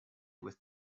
with